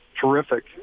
terrific